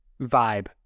vibe